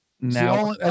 Now